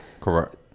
Correct